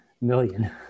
million